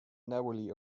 narrowly